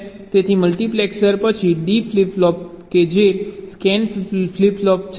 તેથી મલ્ટિપ્લેક્સર પછી D flip flop કે જે સ્કેન ફ્લિપ ફ્લોપ છે